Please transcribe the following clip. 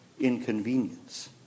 inconvenience